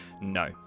No